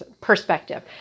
perspective